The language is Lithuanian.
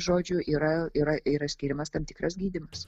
žodžiu yra yra yra skiriamas tam tikras gydymas